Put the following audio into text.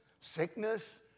sickness